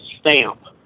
Stamp